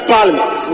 Parliament